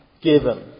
given